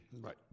Right